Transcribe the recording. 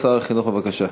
בבקשה.